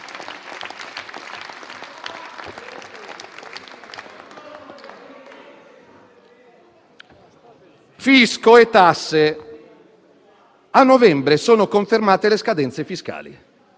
fisco e tasse, a novembre sono confermate le scadenze fiscali.